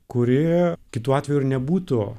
kuri kitu atveju ir nebūtų